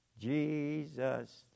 Jesus